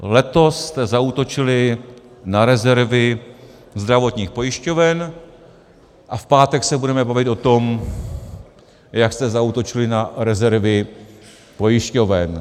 Letos jste zaútočili na rezervy zdravotních pojišťoven a v pátek se budeme bavit o tom, jak jste zaútočili na rezervy pojišťoven.